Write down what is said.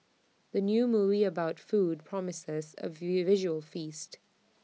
the new movie about food promises A visual feast